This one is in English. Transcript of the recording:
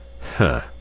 Huh